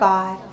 God